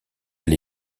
elle